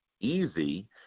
easy